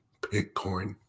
Bitcoin